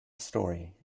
story